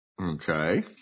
Okay